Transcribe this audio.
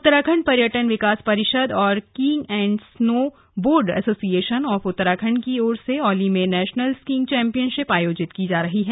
उत्तराखण्ड पर्यटन विकास परिषद और ski and snowboard association of Uttarakhand की ओर से औली में नेशनल स्कीइंग चौंपियनशिप आयोजित की जा रही है